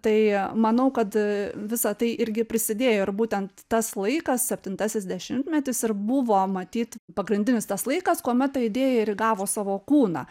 tai manau kad visa tai irgi prisidėjo ir būtent tas laikas septintasis dešimtmetis ir buvo matyt pagrindinis tas laikas kuomet ta idėja ir įgavo savo kūną